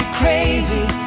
crazy